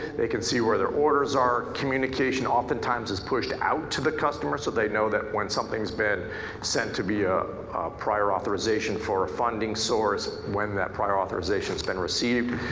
they can see where their orders are, communication often times is pushed out to the customer so they know that when something's been sent to be ah prior authorization for a funding source, when that prior authorization's been received.